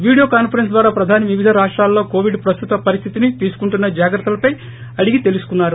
video conference ద్వారా ప్రధాని వివిధ రాష్టాలలో కోవిడ్ ప్రస్తుత పరిస్లితిని తీసుకుంటున్న జాగ్రత్తలపై అడిగి తెలుసుకున్నారు